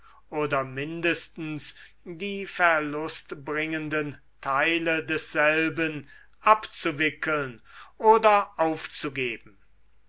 oder mindestens die verlustbringenden teile desselben abzuwickeln oder aufzugeben